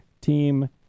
team